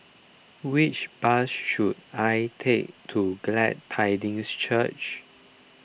which bus should I take to Glad Tidings Church